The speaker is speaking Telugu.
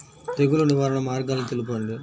తెగులు నివారణ మార్గాలు తెలపండి?